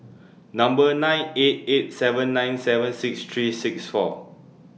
Number nine eight eight seven nine seven six three six four